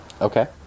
Okay